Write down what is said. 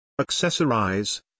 Accessorize